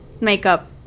makeup